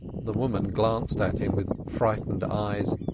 the woman glanced at him with frightened eyes.